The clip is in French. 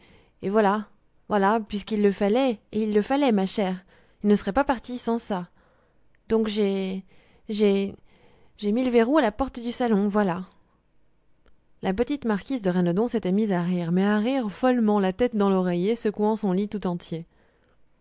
et voilà voilà puisqu'il le fallait et il le fallait ma chère il ne serait pas parti sans ça donc j'ai j'ai j'ai mis le verrou à la porte du salon voilà la petite marquise de rennedon s'était mise à rire mais à rire follement la tête dans l'oreiller secouant son lit tout entier